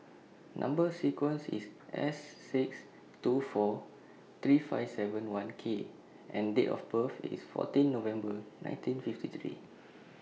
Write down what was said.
Number sequence IS S six two four three five seven one K and Date of birth IS fourteen November nineteen fifty three